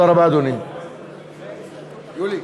תודה רבה,